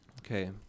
okay